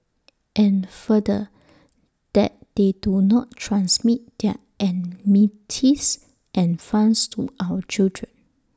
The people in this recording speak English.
and further that they do not transmit their enmities and funds to our children